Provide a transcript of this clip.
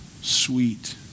sweet